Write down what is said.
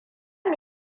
mu